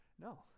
no